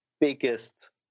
biggest